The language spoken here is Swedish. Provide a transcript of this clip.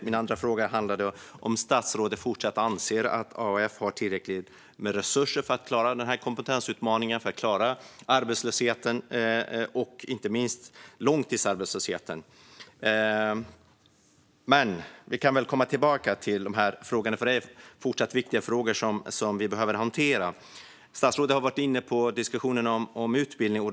Min andra fråga gällde om statsrådet fortfarande anser att Arbetsförmedlingen har tillräckligt med resurser för att klara denna kompetensutmaning och arbetslösheten, inte minst långtidsarbetslösheten. Låt oss återvända till dessa frågor, för de är fortsatt viktiga frågor som vi behöver hantera. Statsrådet tog upp utbildning.